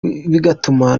bigatuma